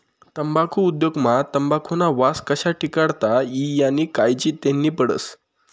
तम्बाखु उद्योग मा तंबाखुना वास कशा टिकाडता ई यानी कायजी लेन्ही पडस